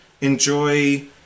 enjoy